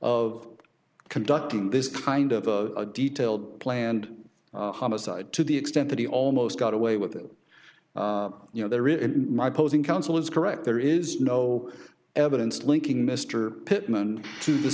of conducting this kind of a detailed planned homicide to the extent that he almost got away with it you know there it is my posing counsel is correct there is no evidence linking mr pitman to